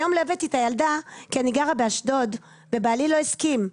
היום לא הבאתי את הילדה כי אני גרה באשדוד ובעלי לא הסכים,